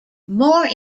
more